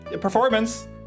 performance